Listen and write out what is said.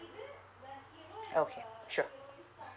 okay sure